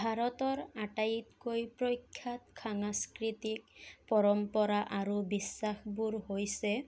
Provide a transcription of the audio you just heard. ভাৰতৰ আটাইতকৈ প্ৰখ্যাত সাংস্কৃতিক পৰম্পৰা আৰু বিশ্বাসবোৰ হৈছে